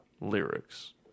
lyrics